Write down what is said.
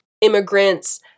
immigrants